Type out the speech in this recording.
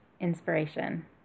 inspiration